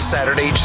Saturday